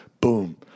Boom